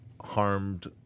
harmed